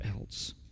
else